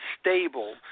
stable